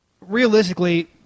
realistically